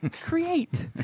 create